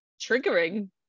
triggering